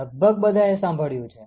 લગભગ બધા એ સાંભળ્યું છે